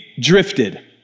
drifted